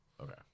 Okay